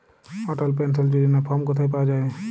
অটল pension যোজনার form কোথায় পাওয়া যাবে?